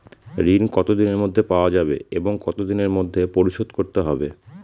ঋণ কতদিনের মধ্যে পাওয়া যাবে এবং কত দিনের মধ্যে পরিশোধ করতে হবে?